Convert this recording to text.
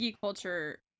culture